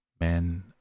men